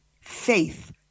faith